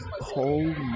holy